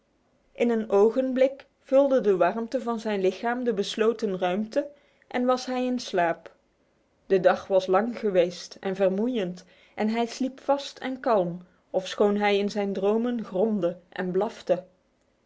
in een ogenblik vulde de warmte van zijn lichaam de besloten ruimte en was hij in slaap de dag was lang geweest en vermoeiend en hij sliep vast en kalm ofschoon hij in zijn dromen gromde en blafte